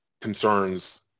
concerns